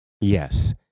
Yes